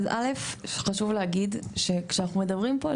אז א' חשוב להגיד שכשאנחנו מדברים פה על